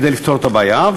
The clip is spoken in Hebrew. כדי לפתור את הבעיה.